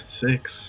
Six